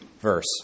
verse